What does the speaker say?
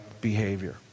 behavior